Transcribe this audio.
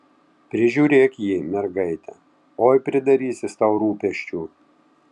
prižiūrėk jį mergaite oi pridarys jis tau rūpesčių